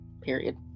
period